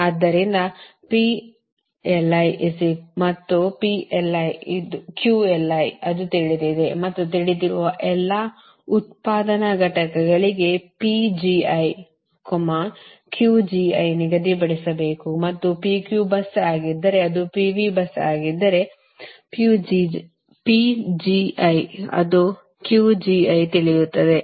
ಆದ್ದರಿಂದ ಮತ್ತುಅದು ತಿಳಿದಿದೆ ಮತ್ತು ತಿಳಿದಿರುವ ಎಲ್ಲಾ ಉತ್ಪಾದನಾ ಘಟಕಗಳಿಗೆ ನಿಗದಿಪಡಿಸಬೇಕು ಅದು P Q ಬಸ್ ಆಗಿದ್ದರೆ ಅದು P V bus ಆಗಿದ್ದರೆ ಅದು ತಿಳಿಯುತ್ತದೆ